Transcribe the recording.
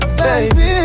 baby